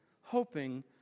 hoping